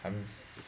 I mean